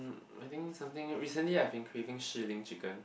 I think something recently I've been craving Shihlin chicken